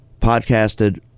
podcasted